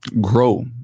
Grow